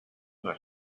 not